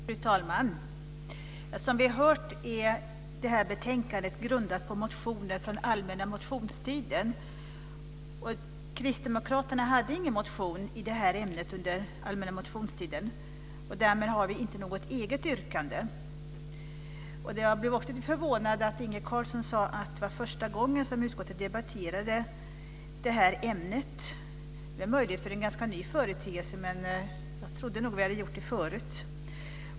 Fru talman! Som vi har hört är detta betänkande grundat på motioner från allmänna motionstiden. Kristdemokraterna hade ingen motion i detta ämne under allmänna motionstiden, och därmed har vi inte något eget yrkande. Jag blev lite förvånad över att Inge Carlsson sade att det var första gången som utskottet debatterade detta ämne. Det är möjligt, för det är en ganska ny företeelse, men jag trodde nog att vi hade gjort det förut.